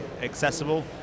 accessible